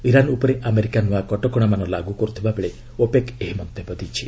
Iran ଉପରେ America ନ୍ତଆ କଟଣାମାନ ଲାଗୁ କରିଥିବା ବେଳେ ଓପେକ୍ ଏହି ମନ୍ତବ୍ୟ ଦେଇଛି